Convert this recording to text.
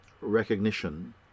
recognition